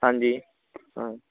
ਹਾਂਜੀ